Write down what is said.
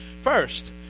First